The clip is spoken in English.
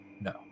No